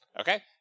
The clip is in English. Okay